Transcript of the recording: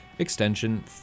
extension